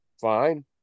fine